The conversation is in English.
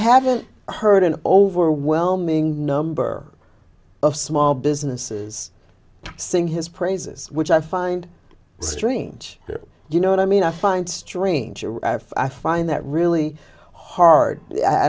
haven't heard an overwhelming number of small businesses sing his praises which i find strange you know what i mean i find strange and i find that really hard i